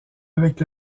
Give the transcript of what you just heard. avec